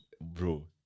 Bro